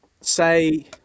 say